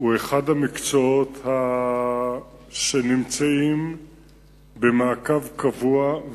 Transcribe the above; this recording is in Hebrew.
הוא אחד הנושאים שנמצאים במעקב קבוע,